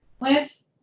Lance